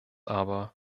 aber